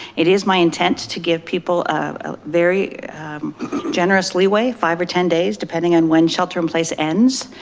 it is my intent to give people a very generous leeway five or ten days depending on when shelter in place ends.